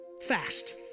Fast